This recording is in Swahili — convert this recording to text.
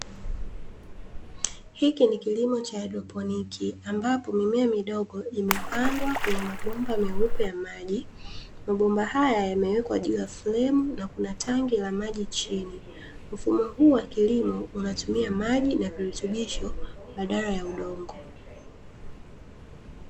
Hiki ni kilimo cha haidroponi, ambapo mimea midogo imepandwa kwenye mabomba meupe ya maji, mabomba haya yamewekwa juu ya fremu na kuna tanki la maji chini. Mfumo huu wa kilimo unatumia maji na virutubisho badala ya udongo.